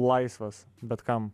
laisvas bet kam